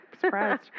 surprised